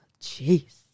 jeez